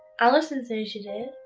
allison says you did.